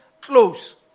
close